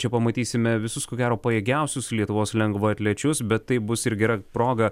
čia pamatysime visus ko gero pajėgiausius lietuvos lengvaatlečius bet tai bus ir gera proga